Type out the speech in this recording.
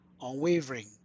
unwavering